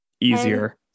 easier